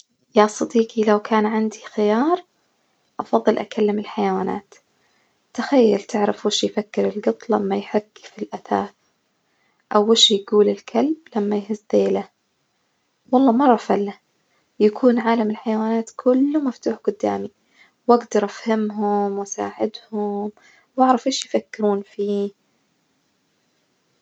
يا صديقي لو كان عندي خيار أفضل أكلم الحيوانات، تخيل تعرف وش يفكر الجط لما يحك في الأثاث، أو وش يجول الكلب لما يهز ذيله، والله مرة فلة يكون عالم الحيوانات كله مفتوح جدامي، وأجدر أفهمهم وأساعدهم وأعرف إيش يفكرون فيه؟